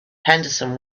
henderson